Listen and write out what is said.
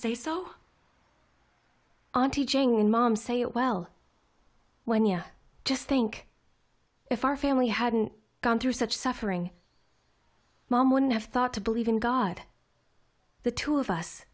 say so on teaching in mom say well when you just think if our family hadn't gone through such suffering mom wouldn't have thought to believe in god the two of us